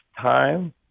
time